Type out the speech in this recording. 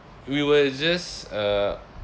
we were just uh